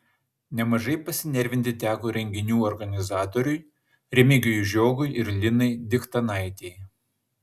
nemažai pasinervinti teko renginių organizatoriui remigijui žiogui ir linai diktanaitei